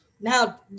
Now